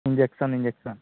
injection injection